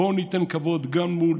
בואו ניתן כבוד גם מול